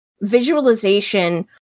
visualization